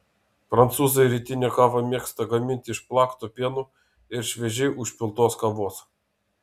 prancūzai rytinę kavą mėgsta gamintis iš plakto pieno ir šviežiai užpiltos kavos